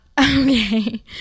Okay